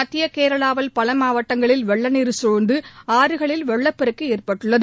மத்திய கேரளாவில் பல மாவட்டங்களில் வெள்ளநீர் சூழ்ந்து ஆறுகளில் வெள்ளப்பெருக்கு ஏற்பட்டுள்ளது